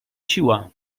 siła